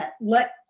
let